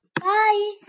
Bye